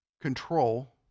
control